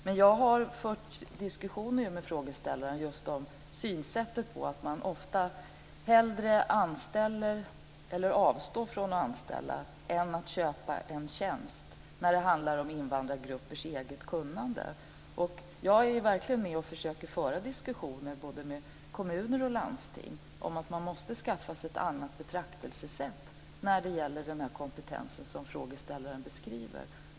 Men jag har fört diskussioner med frågeställaren just om synsättet att man ofta hellre avstår från att anställa än köper en tjänst när det handlar om invandrargruppers eget kunnande. Jag är verkligen med och försöker föra diskussioner med både kommuner och landsting om att man måste skaffa sig ett annat betraktelsesätt när det gäller den kompetens som frågeställaren beskriver.